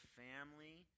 family